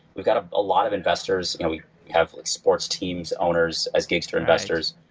we've got a ah lot of investors. we have sports teams owners as gigster investers.